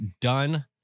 done